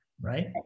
right